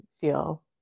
feel